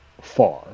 far